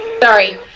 Sorry